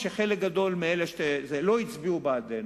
אף-על-פי שחלק גדול מאלה לא הצביעו בעדנו,